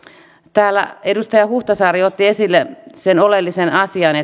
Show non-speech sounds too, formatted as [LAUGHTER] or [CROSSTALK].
täällä edustaja huhtasaari otti esille oleellisen asian [UNINTELLIGIBLE]